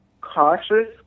cautious